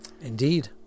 Indeed